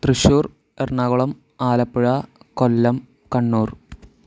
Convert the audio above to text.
Thrissur Ernakulam Alappuzha Kollam Kannur